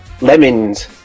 Lemons